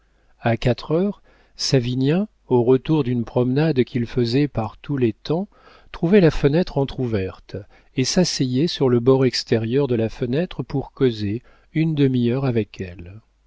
a quatre heures savinien au retour d'une promenade qu'il faisait par tous les temps trouvait la fenêtre entr'ouverte et s'asseyait sur le bord extérieur de la fenêtre pour causer une demi-heure avec elle